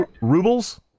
rubles